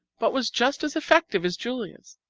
but was just as effective as julia's.